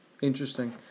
interesting